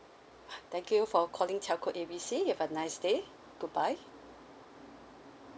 thank you for calling telco A B C you have a nice day good bye